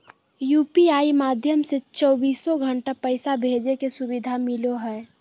UPI माध्यम से चौबीसो घण्टा पैसा भेजे के सुविधा मिलो हय